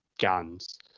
guns